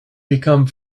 become